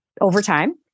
overtime